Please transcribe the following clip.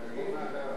מוותר.